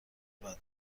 بدنی